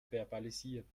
verbalisieren